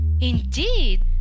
Indeed